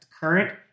Current